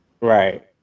Right